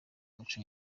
muco